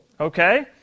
Okay